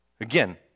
Again